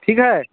ठीक है